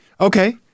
Okay